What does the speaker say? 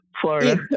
Florida